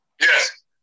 Yes